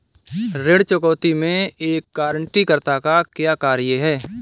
ऋण चुकौती में एक गारंटीकर्ता का क्या कार्य है?